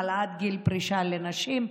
העלאת גיל פרישה לנשים,